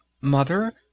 Mother